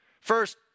First